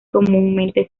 comúnmente